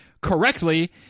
correctly